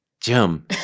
Jim